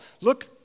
Look